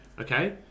okay